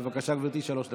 בבקשה, גברתי, שלוש דקות.